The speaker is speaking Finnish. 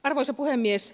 arvoisa puhemies